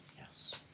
Yes